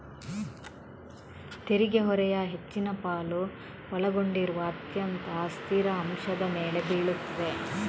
ತೆರಿಗೆ ಹೊರೆಯ ಹೆಚ್ಚಿನ ಪಾಲು ಒಳಗೊಂಡಿರುವ ಅತ್ಯಂತ ಅಸ್ಥಿರ ಅಂಶದ ಮೇಲೆ ಬೀಳುತ್ತದೆ